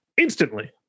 instantly